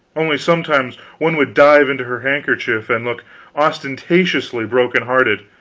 only sometimes one would dive into her handkerchief, and look ostentatiously broken-hearted,